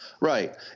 Right